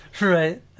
right